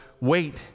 wait